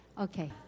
Okay